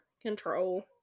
control